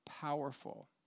powerful